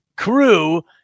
crew